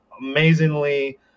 amazingly